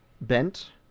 bent